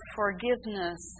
forgiveness